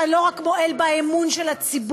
אתה לא רק מועל באמון של הציבור,